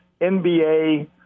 NBA